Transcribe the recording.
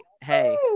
Hey